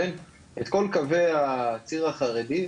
את כל קווי הציר החרדי,